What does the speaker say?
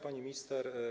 Pani Minister!